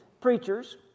preachers